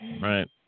Right